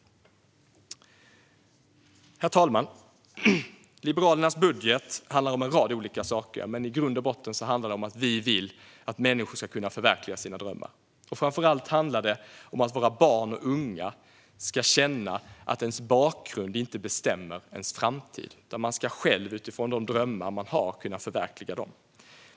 Herr talman! Liberalernas budget handlar om en rad olika saker, men i grund och botten handlar den om att vi vill att människor ska kunna förverkliga sina drömmar. Framför allt gäller det att våra barn och unga ska känna att deras bakgrund inte bestämmer deras framtid. Man ska själv kunna förverkliga sina drömmar.